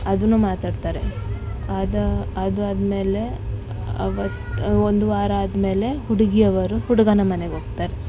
ಅದು ಮಾತಾಡ್ತಾರೆ ಅದ ಅದು ಆದ ಮೇಲೆ ಆವತ್ತು ಒಂದು ವಾರ ಆದ ಮೇಲೆ ಹುಡುಗಿಯವರು ಹುಡುಗನ ಮನೆಗೆ ಹೋಗ್ತಾರೆ